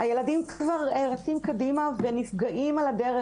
הילדים רצים קדימה ונפגעים על הדרך.